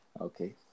Okay